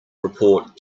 report